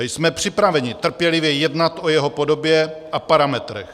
Jsme připraveni trpělivě jednat o jeho podobě a parametrech.